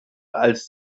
als